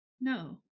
no